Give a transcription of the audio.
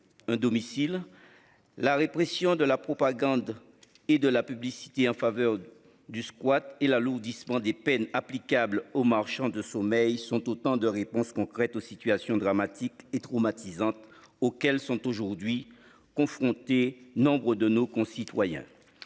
Un domicile. La répression de la propagande et de la publicité en faveur. Du squat et l'alourdissement des peines applicables aux marchands de sommeil sont autant de réponses concrètes aux situations dramatiques et traumatisante auquel sont aujourd'hui confrontés, nombre de nos concitoyens.